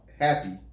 happy